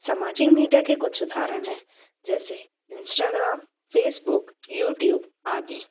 सामाजिक मीडिया के कुछ उदाहरण हैं जैसे इंस्टाग्राम फ़ेसबुक यूट्यूब आदि